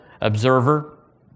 observer